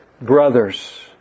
brothers